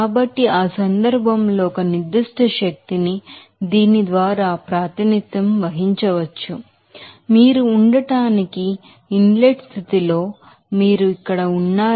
కాబట్టి ఆ సందర్భంలో ఒక నిర్దిష్ట శక్తిని దీని ద్వారా ప్రాతినిధ్యం వహించవచ్చు మీరు ఉండటానికి ఇన్లెట్ స్థితిలో మీరు ఇక్కడ ఉన్నాయి